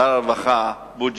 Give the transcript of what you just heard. שר הרווחה בוז'י.